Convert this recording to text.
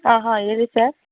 ಹಾಂ ಹಾಂ ಹೇಳಿ ಸರ್